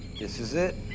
this is it.